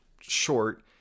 short